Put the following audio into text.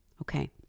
okay